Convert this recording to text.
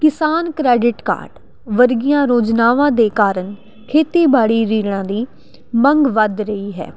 ਕਿਸਾਨ credit card ਵਰਗੀਆਂ ਯੋਜਨਾਵਾਂ ਦੇ ਕਾਰਨ ਖੇਤੀਬਾੜੀ ਰਿਣਾਂ ਦੀ ਮੰਗ ਵੱਧ ਰਹੀ ਹੈ